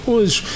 Hoje